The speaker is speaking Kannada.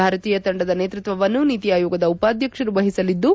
ಭಾರತೀಯ ತಂಡದ ನೇತೃತ್ವವನ್ನು ನೀತಿ ಆಯೋಗದ ಉಪಾಧ್ವಕ್ಷರು ವಹಿಸಲಿದ್ದು